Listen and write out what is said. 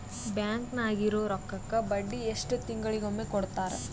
Bank ನಾಗಿರೋ ರೊಕ್ಕಕ್ಕ ಬಡ್ಡಿ ಎಷ್ಟು ತಿಂಗಳಿಗೊಮ್ಮೆ ಕೊಡ್ತಾರ?